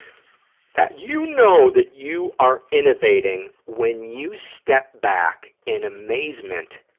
that you know that you are innovating when you step back in amazement